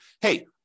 hey